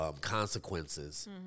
consequences